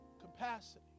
capacity